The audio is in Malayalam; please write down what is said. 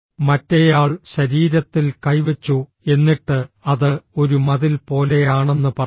മറ്റേയാൾ ശരീരത്തിൽ കൈവെച്ചു എന്നിട്ട് അത് ഒരു മതിൽ പോലെയാണെന്ന് പറഞ്ഞു